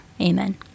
Amen